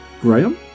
Graham